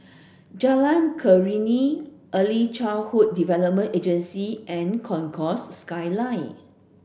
Jalan Keruing Early Childhood Development Agency and Concourse Skyline